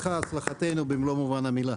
הצלחתך הצלחתנו במלוא מובן המילה.